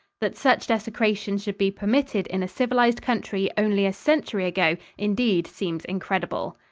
that such desecration should be permitted in a civilized country only a century ago indeed seems incredible.